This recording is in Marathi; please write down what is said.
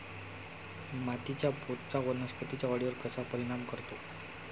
मातीच्या पोतचा वनस्पतींच्या वाढीवर कसा परिणाम करतो?